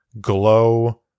glow